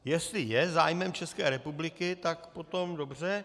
Jestli je zájmem České republiky, tak potom dobře.